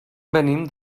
venim